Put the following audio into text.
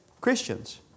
Christians